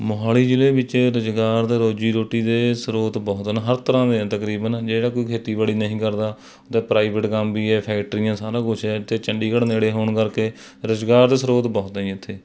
ਮੋਹਾਲੀ ਜ਼ਿਲ੍ਹੇ ਵਿੱਚ ਰੁਜ਼ਗਾਰ ਅਤੇ ਰੋਜ਼ੀ ਰੋਟੀ ਦੇ ਸਰੋਤ ਬਹੁਤ ਹਨ ਹਰ ਤਰ੍ਹਾਂ ਦੇ ਹੈ ਤਕਰੀਬਨ ਜਿਹੜਾ ਕੋਈ ਖੇਤੀਬਾੜੀ ਨਹੀਂ ਕਰਦਾ ਅਤੇ ਪ੍ਰਾਈਵੇਟ ਕੰਮ ਵੀ ਹੈ ਫੈਕਟਰੀਆਂ ਸਾਰਾ ਕੁਛ ਹੈ ਇੱਥੇ ਚੰਡੀਗੜ੍ਹ ਨੇੜੇ ਹੋਣ ਕਰਕੇ ਰੁਜ਼ਗਾਰ ਦੇ ਸਰੋਤ ਬਹੁਤ ਹੈ ਜੀ ਇੱਥੇ